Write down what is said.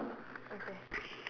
okay